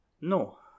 No